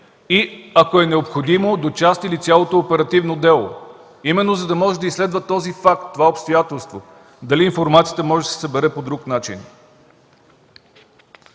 и ако е необходимо до части или цялото оперативно дело, именно за да може да изследва този факт, това обстоятелство - дали информацията може да се събере по друг начин.